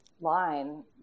line